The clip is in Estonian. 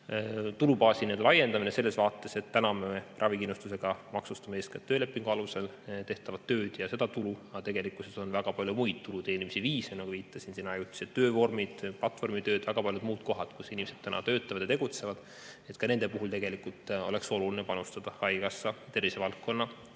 tulubaasi laiendamine selles vaates, et praegu me ravikindlustusega maksustame eeskätt töölepingu alusel tehtavat tööd ja seda tulu, aga tegelikkuses on väga palju muid tulu teenimise viise. Nagu viitasin, on olemas ajutised töövormid, platvormitööd ja väga paljud muud kohad, kus inimesed töötavad ja tegutsevad. Ka nende puhul oleks oluline panustada haigekassa tervisevaldkonna